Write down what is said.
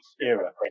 era